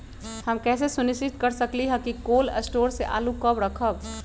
हम कैसे सुनिश्चित कर सकली ह कि कोल शटोर से आलू कब रखब?